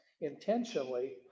intentionally